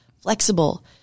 flexible